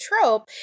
trope